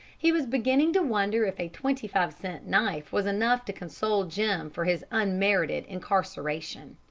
he was beginning to wonder if a twenty-five-cent knife was enough to console jim for his unmerited incarceration.